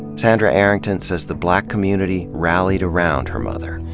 sandra arrington says the black community rallied around her mother.